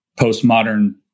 postmodern